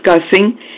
discussing